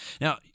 Now